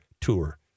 tour